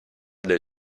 del